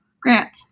grant